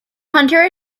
hunter